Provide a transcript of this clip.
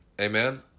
Amen